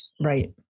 Right